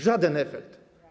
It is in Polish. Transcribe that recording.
Żaden efekt.